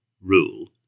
rule